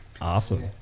Awesome